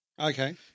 Okay